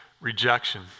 Rejection